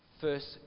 First